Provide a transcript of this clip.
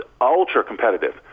ultra-competitive